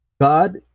God